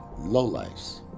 lowlifes